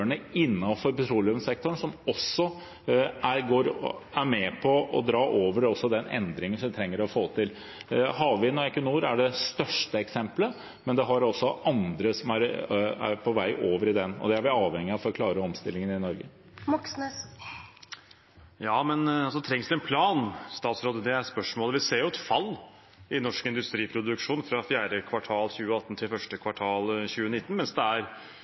også er med på å dra over i den endringen vi trenger å få til. Havvind og Equinor er det største eksempelet, men man har også andre som er på vei over, og det er vi avhengig av for å klare omstillingen i Norge. Ja, men trengs det en plan, statsråd? Det er spørsmålet. Vi ser jo et fall i norsk industriproduksjon fra 4. kvartal 2018 til 1. kvartal 2019, mens det er